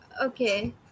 Okay